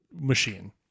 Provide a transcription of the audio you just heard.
machine